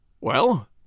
Well